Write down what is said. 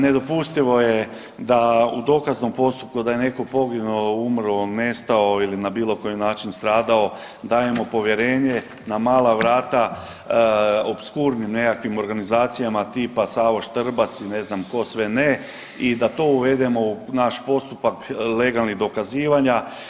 Nedopustivo je da u dokaznom postupku da je netko poginuo, umro, nestao ili na bilo koji način stradao, dajemo povjerenje na mala vrata opskurnim nekakvim organizacijama tipa Savo Štrbac i ne znam tko sve ne i da to uvedemo u naš postupak legalnih dokazivanja.